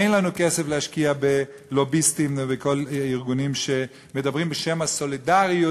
אין לנו כסף להשקיע בלוביסטים ובכל הארגונים שמדברים בשם הסולידריות,